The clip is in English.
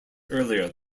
earlier